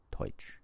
Deutsch